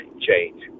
change